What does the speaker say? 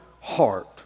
heart